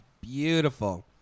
beautiful